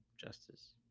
justice